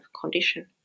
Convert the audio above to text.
condition